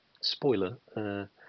spoiler